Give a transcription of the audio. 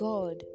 God